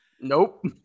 Nope